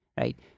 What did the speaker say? right